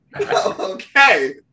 Okay